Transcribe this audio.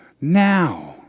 now